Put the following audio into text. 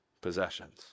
possessions